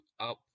output